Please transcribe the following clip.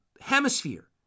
hemisphere